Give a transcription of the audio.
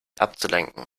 abzulenken